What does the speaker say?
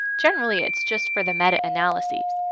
generally it's just for the meta-analysis,